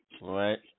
Right